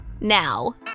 now